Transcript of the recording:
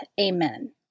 Amen